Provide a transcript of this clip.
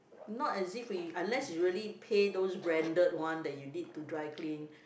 not as if we unless you really pay those branded one that you need to dry clean